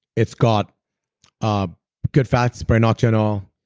it's got um good fats, brain octane oil,